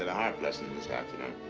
and harp lesson this afternoon.